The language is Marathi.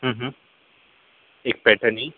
एक पैठणी